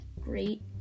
great